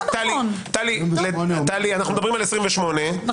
אנחנו מדברים על 28,